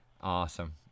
Awesome